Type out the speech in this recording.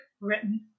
written